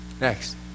Next